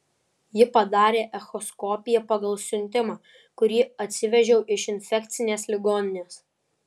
ji padarė echoskopiją pagal siuntimą kurį atsivežiau iš infekcinės ligoninės